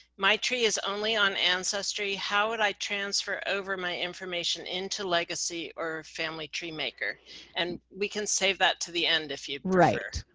my tree is only on ancestry. how would i transfer over my information into legacy or family tree maker and we can save that to the end, if you're right.